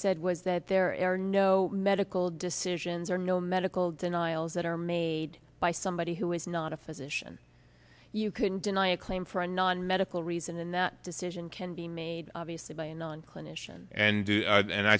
said was that there are no medical decisions or no medical denials that are made by somebody who is not a physician you can deny a claim for a non medical reason and that decision can be made obviously by a non clinician and and